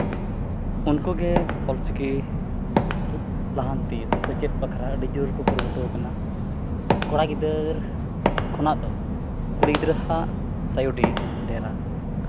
ᱩᱱᱠᱩᱜᱮ ᱚᱞᱪᱤᱠᱤ ᱞᱟᱦᱟᱱᱛᱤ ᱥᱮ ᱥᱮᱪᱮᱫ ᱵᱟᱠᱷᱨᱟ ᱟᱹᱰᱤᱡᱳᱨ ᱠᱚ ᱠᱩᱨᱩᱢᱩᱴᱩ ᱟᱠᱟᱱᱟ ᱠᱚᱲᱟ ᱜᱤᱫᱽᱨᱟᱹ ᱠᱷᱚᱱᱟᱜ ᱫᱚ ᱠᱩᱲᱤ ᱜᱤᱫᱽᱨᱟᱹᱣᱟᱜ ᱠᱟᱹᱣᱰᱤ ᱰᱷᱮᱨᱟ